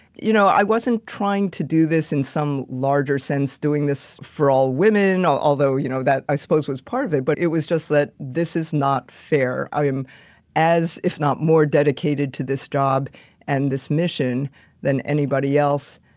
you know, i wasn't trying to do this in some larger sense doing this for all women, although you know that i suppose was part of it. but it was just that this is not fair. i am as, if not more dedicated to this job and this mission than anybody else,